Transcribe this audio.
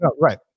Right